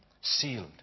sealed